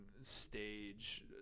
stage